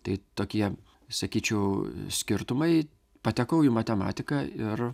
tai tokie sakyčiau skirtumai patekau į matematiką ir